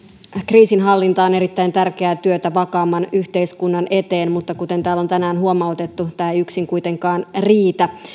kriisinhallinta on erittäin tärkeää työtä vakaamman yhteiskunnan eteen mutta kuten täällä on tänään huomautettu tämä ei yksin kuitenkaan riitä